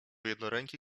jednoręki